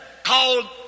called